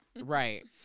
Right